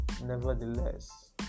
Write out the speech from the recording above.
nevertheless